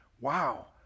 Wow